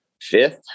fifth